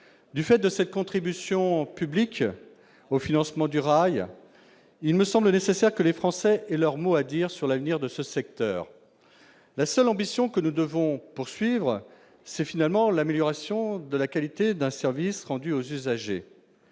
Du fait de cette contribution publique au financement du rail, il me semble nécessaire que les Français aient leur mot à dire sur l'avenir de ce secteur. La seule ambition que nous devons poursuivre, c'est finalement l'amélioration de la qualité du service rendu aux usagers